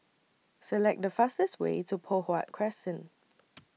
Select The fastest Way to Poh Huat Crescent